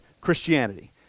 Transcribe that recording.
Christianity